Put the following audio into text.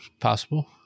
possible